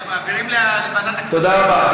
תודה רבה.